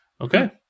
Okay